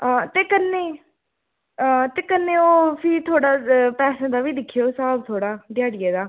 हां ते कन्नै ते कन्नै ओह् फ्ही थोह्ड़ा पैसें दा बी दिक्खेओ स्हाब थोह्ड़ा ध्याड़ियै दा